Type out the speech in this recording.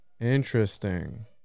Interesting